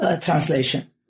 translation